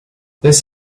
this